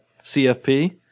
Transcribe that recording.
CFP